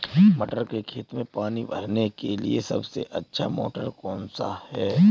मटर के खेत में पानी भरने के लिए सबसे अच्छा मोटर कौन सा है?